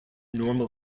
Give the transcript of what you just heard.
normal